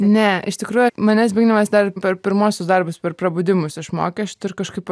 ne iš tikrųjų mane zbignevas dar per pirmuosius darbus per prabudimus išmokė šito ir kažkaip